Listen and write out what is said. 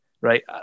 right